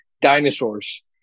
dinosaurs